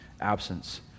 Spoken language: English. absence